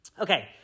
Okay